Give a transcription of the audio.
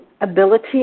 ability